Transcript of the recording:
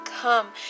come